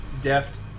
deft